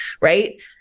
right